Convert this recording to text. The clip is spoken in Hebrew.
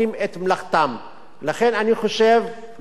לכן, אני חושב שלא מספיק לחוקק חוקים.